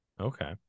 okay